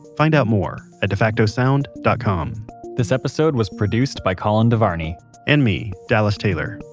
find out more at defactosound dot com this episode was produced by colin devarney and me, dallas taylor,